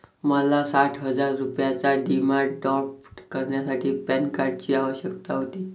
मला साठ हजार रुपयांचा डिमांड ड्राफ्ट करण्यासाठी पॅन कार्डची आवश्यकता होती